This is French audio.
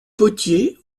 potier